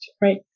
right